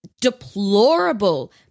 deplorable